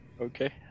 Okay